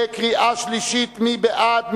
קריאה שלישית, מי בעד?